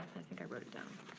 i think i wrote it down.